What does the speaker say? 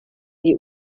die